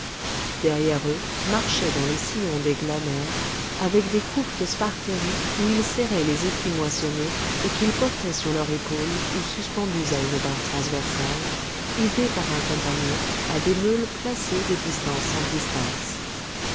derrière eux marchaient dans les sillons des glaneurs avec des couffes de sparterie où ils serraient les épis moissonnés et qu'ils portaient sur leur épaule ou suspendus à une barre transversale aidés par un compagnon à des meules placées de distance en distance